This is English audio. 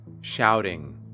shouting